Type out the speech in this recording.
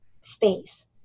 space